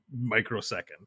microsecond